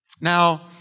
Now